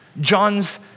John's